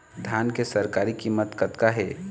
धान के सरकारी कीमत कतका हे?